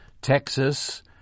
Texas